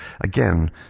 again